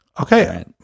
Okay